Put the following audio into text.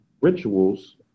rituals